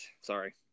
sorry